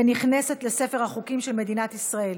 ונכנסת לספר החוקים של מדינת ישראל.